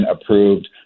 approved